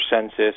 census